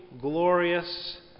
glorious